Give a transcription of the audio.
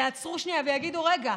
יעצרו שנייה ויגידו: רגע,